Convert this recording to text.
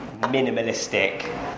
minimalistic